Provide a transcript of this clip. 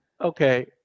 Okay